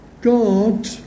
God